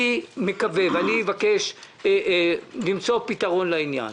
אני מקווה, ואבקש למצוא פתרון לעניין.